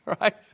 right